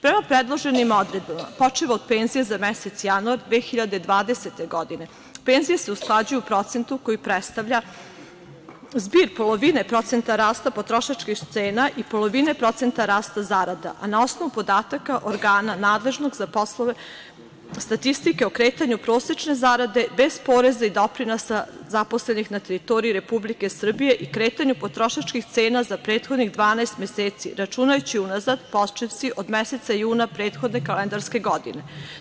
Prema predloženim odredbama, počev od penzije za mesec januar 2020. godine, penzije se usklađuju u procentu koji prestavlja zbir polovine procenta rasta potrošačkih cena i polovine procenta rasta zarada, a na osnovu podataka organa nadležnog za poslove statistike o kretanju prosečne zarade, bez poreza i doprinosa zaposlenih na teritoriji Republike Srbije, i kretanju potrošačkih cena za prethodnih 12 meseci, računajući unazad, počevši od meseca juna prethodne kalendarske godine.